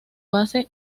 base